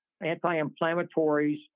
anti-inflammatories